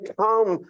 come